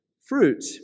fruit